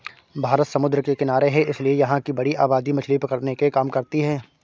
भारत समुद्र के किनारे है इसीलिए यहां की बड़ी आबादी मछली पकड़ने के काम करती है